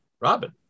Robin